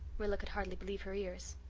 rilla could hardly believe her ears.